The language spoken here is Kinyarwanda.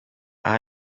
aha